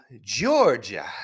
Georgia